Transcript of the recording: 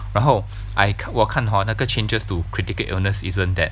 然后 I 我看 hor 那个 changes to critical illness isn't that